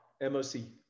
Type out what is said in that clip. M-O-C